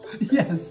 Yes